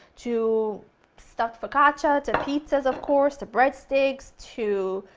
to stuffed focaccia, to pizzas of course, to bread sticks, to